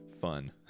fun